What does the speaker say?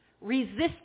Resist